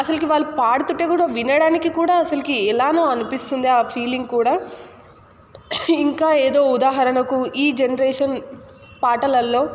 అసలుకి వాళ్ళు పాడుతుంటే కూడా వినడానికి కూడా అసలకి ఎలానో అనిపిస్తుంది ఆ ఫీలింగ్ కూడా ఇంకా ఏదో ఉదాహరణకు ఈ జనరేషన్ పాటలల్లో